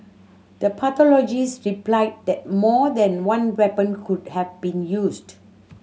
the pathologist replied that more than one weapon could have been used